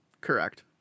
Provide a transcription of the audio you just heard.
Correct